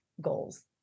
goals